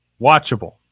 Watchable